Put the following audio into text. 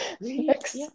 next